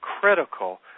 critical